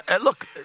look